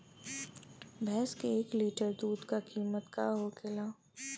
भैंस के एक लीटर दूध का कीमत का होखेला?